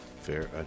Fair